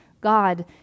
God